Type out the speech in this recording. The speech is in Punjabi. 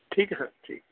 ਠੀਕ ਹੈ ਸਰ ਠੀਕ